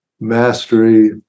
mastery